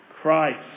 Christ